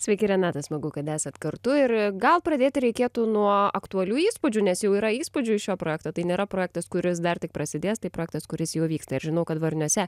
sveiki renata smagu kad esat kartu ir gal pradėti reikėtų nuo aktualių įspūdžių nes jau yra įspūdžių iš šio projekto tai nėra projektas kuris dar tik prasidės tai projektas kuris jau vyksta ir žinau kad varniuose